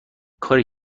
کاری